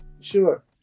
Sure